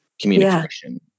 communication